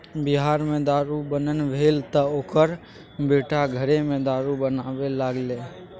बिहार मे दारू बन्न भेलै तँ ओकर बेटा घरेमे दारू बनाबै लागलै